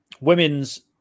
Women's